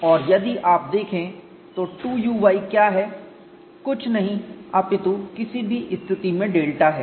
और यदि आप देखें तो 2uy क्या है कुछ नहीं अपितु किसी भी स्थिति में डेल्टा है